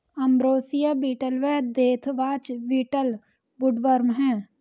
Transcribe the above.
ambrosia beetle व deathwatch beetle woodworm हैं